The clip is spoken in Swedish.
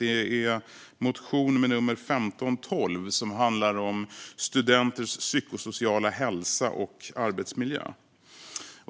Det är motion nr 1512, som handlar om studenters psykosociala hälsa och arbetsmiljö.